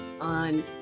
on